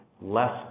less